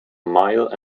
mile